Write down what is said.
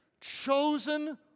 chosen